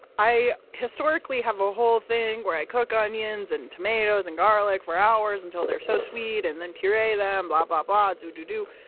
i historically have a whole thing where i cook ah onions and tomatoes and garlic for hours until they're so sweet and then puree them, blah, blah, blah, do, do, do.